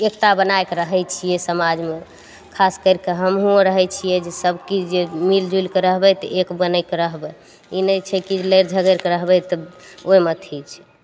एकता बनाकऽ रहय छियै समाजमे खास करि के हमहुँ रहय छियै जे सब कि जे मिल जुलि के रहबय तऽ एक बनिके रहबय ई नहि छै कि लड़ि झगड़िके रहबय तऽ ओइमे अथी छै